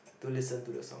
to listen to the song